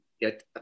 get